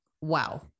wow